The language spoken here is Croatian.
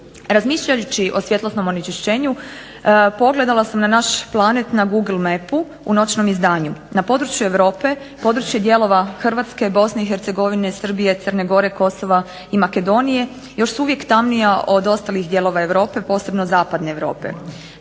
Razmišljajući o svjetlosnom onečišćenju pogledala sam na naš planet na Google map-u u noćnom izdanju. Na području Europe područje dijelova Hrvatske, BiH, Srbije, Crne Gore, Kosova i Makedonije još su uvijek tamnija od ostalih dijelova Europe, posebno Zapadne Europe.